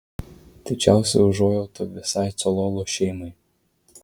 didžiausia užuojauta visai cololo šeimai